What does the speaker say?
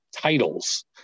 titles